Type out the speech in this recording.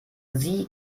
sie